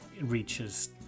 reaches